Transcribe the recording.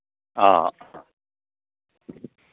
ꯑꯥ